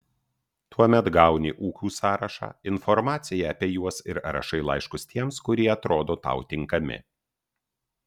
tuomet gauni ūkių sąrašą informaciją apie juos ir rašai laiškus tiems kurie atrodo tau tinkami